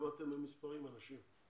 כמה אנשים אתם?